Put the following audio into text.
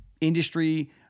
industry